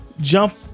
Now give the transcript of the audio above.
jump